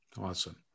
Awesome